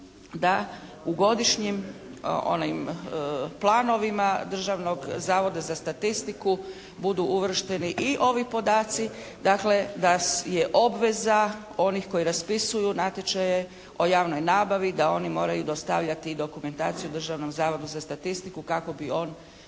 da u godišnjim onim planovima Državnog zavoda za statistiku budu uvršteni i ovi podaci. Dakle da je obveza onih koji raspisuju natječaje o javnoj nabavi da oni moraju dostavljati i dokumentaciju Državnom zavodu za statistiku kako bi on